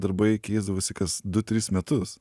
darbai keisdavosi kas du tris metus